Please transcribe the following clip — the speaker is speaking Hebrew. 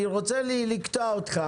אני רוצה לקטוע אותך